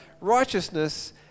righteousness